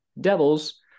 Devils